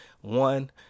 One